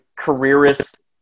careerist